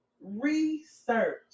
research